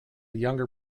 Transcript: younger